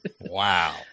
Wow